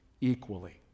equally